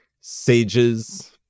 sages